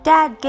Dad